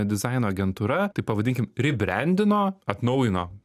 dizaino agentūra taip pavadinkim ribrandino atnaujino